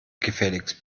gefälligst